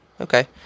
Okay